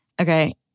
Okay